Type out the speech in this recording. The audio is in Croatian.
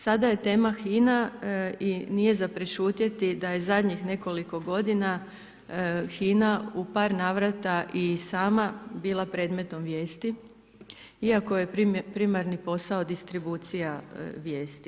Sada je tema HINA i nije za prešutjeti da je zadnjih nekoliko godina HINA u par navrata i sama bila predmetom vijesti iako je primarni posao distribucija vijesti.